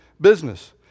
business